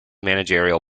managerial